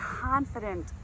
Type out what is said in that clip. confident